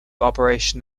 operation